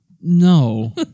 No